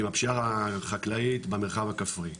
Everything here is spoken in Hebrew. עם הפשיעה החקלאית במרחב הכפרי,